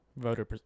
Voter